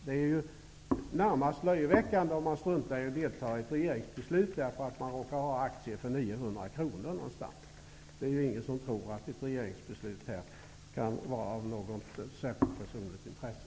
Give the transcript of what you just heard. Det är närmast löjeväckande att strunta i att delta i ett regeringsbeslut därför att man råkar ha aktier för 900 kronor. Det är väl ingen som tror att ett regeringsbeslut i det fallet kan vara av något särskilt personligt intresse.